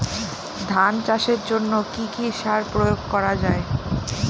ধান চাষের জন্য কি কি সার প্রয়োগ করা য়ায়?